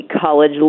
college